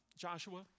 Joshua